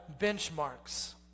benchmarks